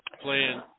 playing